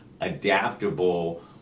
adaptable